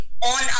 on